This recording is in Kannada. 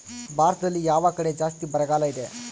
ಭಾರತದಲ್ಲಿ ಯಾವ ಕಡೆ ಜಾಸ್ತಿ ಬರಗಾಲ ಇದೆ?